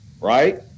right